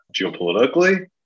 geopolitically